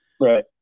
Right